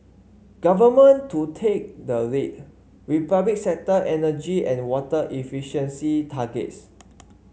government to take the lead with public sector energy and water efficiency targets